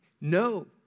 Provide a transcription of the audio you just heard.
No